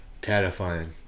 terrifying